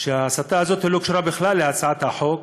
כשההסתה הזאת לא קשורה בכלל להצעת החוק,